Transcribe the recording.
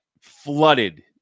flooded